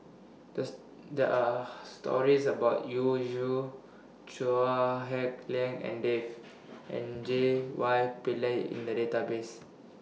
This There Are stories about Yu Yu Chua Hak Lien and Dave and J Y Pillay in The Database